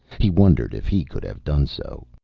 he wondered if he could have done so.